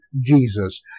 Jesus